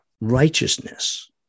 righteousness